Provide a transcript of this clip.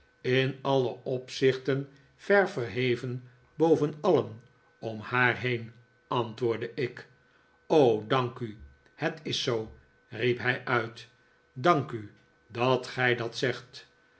in alle opzichten ver verheven boven alien om haar heen antwoordde ik dank u het is zoo riep hij uit dank u dat gij dnt zegt